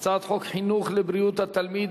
חינוך לבריאות התלמיד,